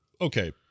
okay